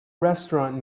restaurant